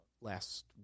last